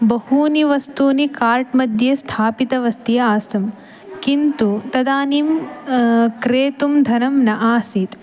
बहूनि वस्तूनि कार्ट् मध्ये स्थापितवती आसं किन्तु तदानीं क्रेतुं धनं न आसीत्